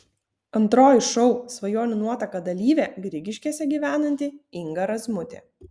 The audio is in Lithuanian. antroji šou svajonių nuotaka dalyvė grigiškėse gyvenanti inga razmutė